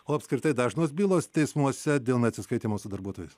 o apskritai dažnos bylos teismuose dėl neatsiskaitymo su darbuotojais